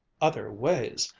other ways!